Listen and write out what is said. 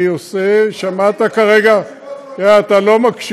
אל תלכלך את הדיון הזה.